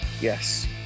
Yes